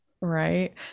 right